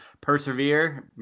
persevere